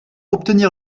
obtenir